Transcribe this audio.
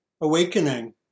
awakening